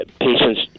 patients